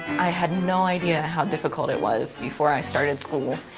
i had no idea how difficult it was before i started school.